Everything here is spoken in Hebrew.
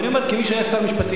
ואני אומר כמי שהיה שר משפטים,